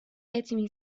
этими